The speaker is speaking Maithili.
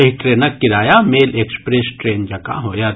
एहि ट्रेनक किराया मेल एक्सप्रेस ट्रेन जकाँ होयत